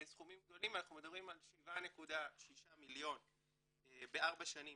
סכומים גדולים אנחנו מדברים על 7.6 מיליון ₪ בארבע שנים